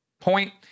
point